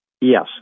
Yes